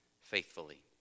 faithfully